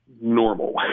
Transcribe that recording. normal